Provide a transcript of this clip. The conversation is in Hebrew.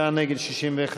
בעד ההסתייגות, 49, נגד, 61,